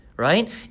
Right